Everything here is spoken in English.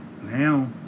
now